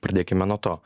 pradėkime nuo to